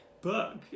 book